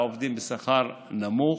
לעובדים בשכר נמוך,